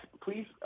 please